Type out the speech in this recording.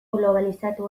globalizatu